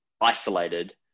isolated